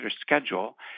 schedule